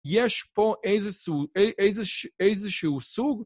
יש פה איזה שהוא סוג